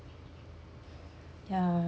ya